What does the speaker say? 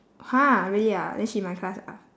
[huh] really ah then she in my class ah